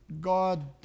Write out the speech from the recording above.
God